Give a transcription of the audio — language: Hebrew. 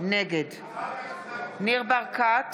נגד ניר ברקת,